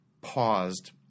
paused